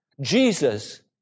Jesus